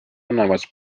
annavad